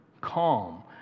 calm